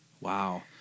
Wow